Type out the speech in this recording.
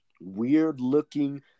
weird-looking